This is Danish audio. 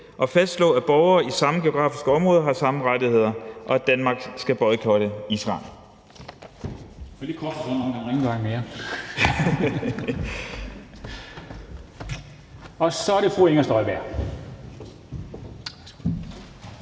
- fastslå, at borgere i samme geografiske område har samme rettigheder, og - Danmark skal boykotte Israel.«